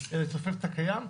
לצופף את הקיים,